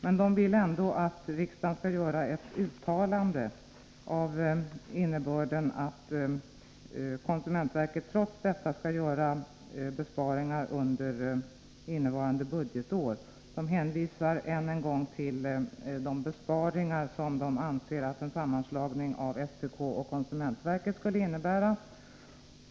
Men de vill ändå att riksdagen skall göra ett uttalande av innebörden att konsumentverket trots detta skall göra besparingar under innevarande budgetår. De hänvisar än en gång till de besparingar som de anser att en sammanslagning av SPK och konsumentverket skulle innebära.